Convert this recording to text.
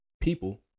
people